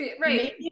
right